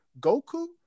Goku